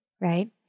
right